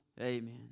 Amen